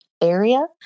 area